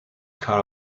car